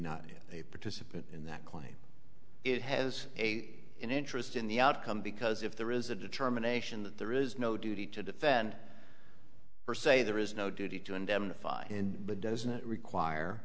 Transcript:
not a participant in that claim it has a an interest in the outcome because if there is a determination that there is no duty to defend or say there is no duty to indemnify and but doesn't require